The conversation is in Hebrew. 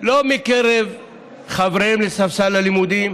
לא מקרב חבריהם לספסל הלימודים,